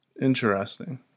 Interesting